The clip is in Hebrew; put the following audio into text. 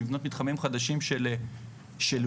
לבנות מתחמים חדשים של לולים.